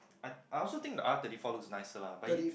I I also think the R thirty four look nicer lah but he